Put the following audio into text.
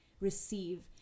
receive